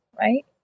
right